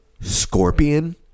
Scorpion